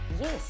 Yes